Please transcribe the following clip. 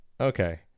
Okay